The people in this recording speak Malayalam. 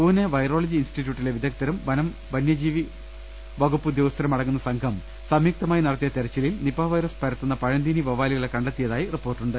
പൂനെ വൈറോളജി ഇൻസ്റ്റിറ്റ്യൂട്ടിലെ വിദഗ്ദ്ധരും വനം വന്യജീവി വകുപ്പ് ഉദ്യോഗസ്ഥരും അടങ്ങുന്ന സംഘം സംയുക്തമായി നടത്തിയ തെര ച്ചിലിൽ നിപാ വൈറസ് പരത്തുന്ന പഴംതീനി വവ്വാലുകളെ കണ്ടെത്തിയ തായി റിപ്പോർട്ടുണ്ട്